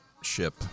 ship